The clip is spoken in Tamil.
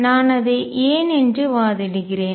நான் அதை ஏன் என்று வாதிடுகிறேன்